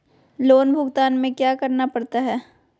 loan भुगतान में क्या क्या करना पड़ता है